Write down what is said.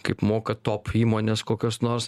kaip moka top įmonės kokios nors